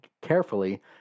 carefully